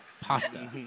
pasta